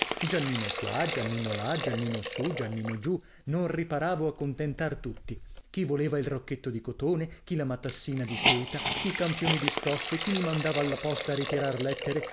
giannino qua giannino là giannino su giannino giù non riparavo a contentar tutti chi voleva il rocchetto di cotone chi la matassina di seta chi i campioni di stoffe chi mi mandava alla posta a ritirar